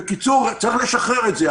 בקיצור, צריך לשחרר את זה.